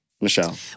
Michelle